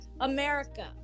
america